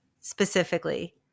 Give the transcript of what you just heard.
specifically